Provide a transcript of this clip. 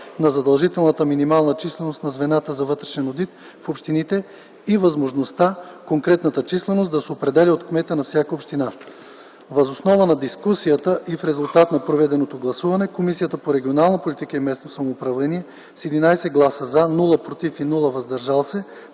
на задължителната минимална численост на звената за вътрешен одит в общините и възможността конкретната численост да се определя от кмета на всяка община. Въз основа на дискусията и в резултат на проведеното гласуване Комисията по регионална политика и местно самоуправление с 11 гласа „за”, без „против” и „въздържали се”